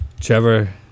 Trevor